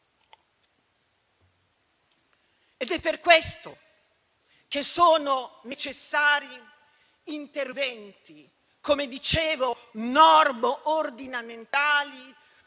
Ed è per questo che sono necessari interventi, come dicevo, normo-ordinamentali